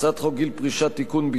בהצעת חוק גיל פרישה (תיקון,